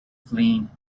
fleeing